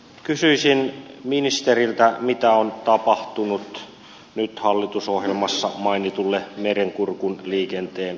kysyisin ministeriltä mitä on tapahtunut nyt hallitusohjelmassa mainitulle merenkurkun liikenteen strategialle